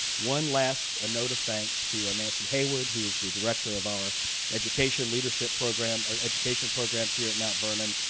one last note of thanks to nancy hayward who is the director of our education leadership program, or education programs, here at mount vernon,